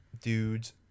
dudes